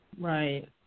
Right